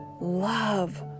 love